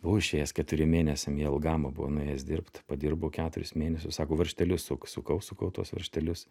buvau išėjęs keturiem mėnesiam į algamą buvau nuėjęs dirbt padirbau keturis mėnesius sako varžtelius sukau sukau tuos varžtelius